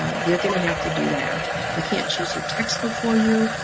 ah you're gonna have to do that. we can't choose your textbook for you,